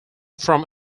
from